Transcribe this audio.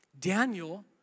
Daniel